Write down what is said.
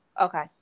Okay